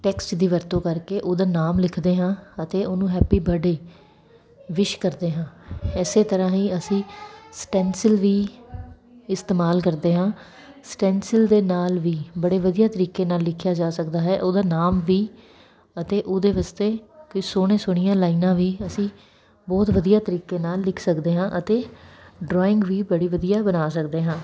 text ਦੀ ਵਰਤੋਂ ਕਰਕੇ ਉਹਦਾ ਨਾਮ ਲਿਖਦੇ ਹਾਂ ਅਤੇ ਉਹਨੂੰ ਹੈਪੀ ਬਰਡੇ ਵਿਸ਼ ਕਰਦੇ ਹਾਂ ਇਸੇ ਤਰ੍ਹਾਂ ਹੀ ਅਸੀਂ ਸਟੈਂਸਲ ਵੀ ਇਸਤੇਮਾਲ ਕਰਦੇ ਹਾਂ ਸਟੈਂਸਲ ਦੇ ਨਾਲ ਵੀ ਬੜੇ ਵਧੀਆ ਤਰੀਕੇ ਨਾਲ ਲਿਖਿਆ ਜਾ ਸਕਦਾ ਹੈ ਉਹਦਾ ਨਾਮ ਵੀ ਅਤੇ ਉਹਦੇ ਵਾਸਤੇ ਕਿ ਸੋਹਣੇ ਸੋਹਣੀਆਂ ਲਾਈਨਾਂ ਵੀ ਅਸੀਂ ਬਹੁਤ ਵਧੀਆ ਤਰੀਕੇ ਨਾਲ ਲਿਖ ਸਕਦੇ ਹਾਂ ਅਤੇ ਡਰਾਇੰਗ ਵੀ ਬੜੀ ਵਧੀਆ ਬਣਾ ਸਕਦੇ ਹਾਂ